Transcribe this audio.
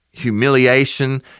humiliation